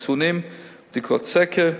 חיסונים ובדיקות סקר,